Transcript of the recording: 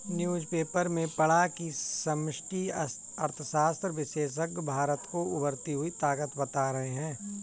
newspaper में पढ़ा की समष्टि अर्थशास्त्र विशेषज्ञ भारत को उभरती हुई ताकत बता रहे हैं